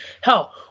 Hell